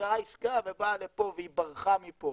סגרה עסקה ובאה לפה והיא ברחה מפה